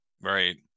Right